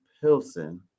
pilsen